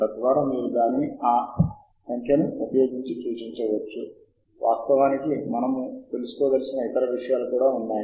అంటే చాలా దగ్గరగా సరిపోయే ఫలితాలు ఎంచుకోబడతాయి మరియు అనేక ఇతర రకాల క్రమబద్దీకరణలు కూడా ఉన్నాయి